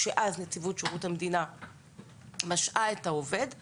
שאז נציבות שירות המדינה משעה את העובד;